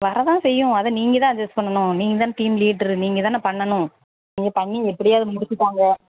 வரதான் செய்யும் அதை நீங்கள் தான் அட்ஜெஸ் பண்ணணும் நீங்கள் தானே டீம் லீட்ரு நீங்கள் தானே பண்ணணும் நீங்கள் பண்ணி எப்படியாவது முடிச்சுத்தாங்க